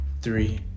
three